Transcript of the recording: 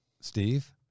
Steve